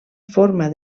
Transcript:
forma